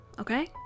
okay